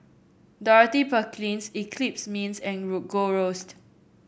Dorothy Perkins Eclipse Mints and Gold Roast